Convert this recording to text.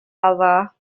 other